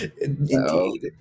Indeed